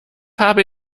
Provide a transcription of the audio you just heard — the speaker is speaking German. habe